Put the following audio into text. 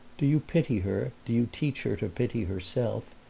do you pity her do you teach her to pity herself?